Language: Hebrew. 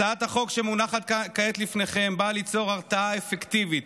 הצעת החוק שמונחת כעת לפניכם באה ליצור הרתעה אפקטיבית